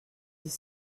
dix